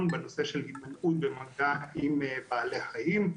בנושא של הימנעות ומגע עם בעלי חיים.